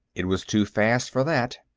it was too fast for that.